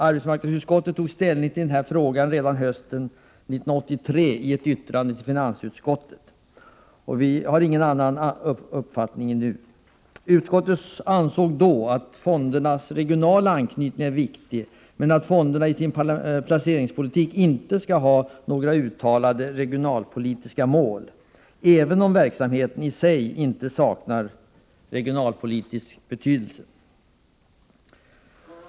Arbetsmarknadsutskottet tog ställning till den här frågan redan hösten 1983 i ett yttrande till finansutskottet, och vi har ingen annan uppfattning nu. Utskottet ansåg då att fondernas regionala anknytning är viktig, men att fonderna i sin placeringspolitik inte skall ha några uttalade regionalpolitiska mål, även om verksamheten i sig inte saknar regionalpolitisk betydelse.